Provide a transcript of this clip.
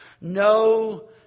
no